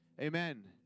Amen